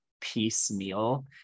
piecemeal